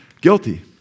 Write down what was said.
Guilty